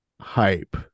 hype